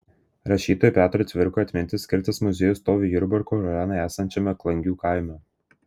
rašytojui petrui cvirkai atminti skirtas muziejus stovi jurbarko rajone esančiame klangių kaime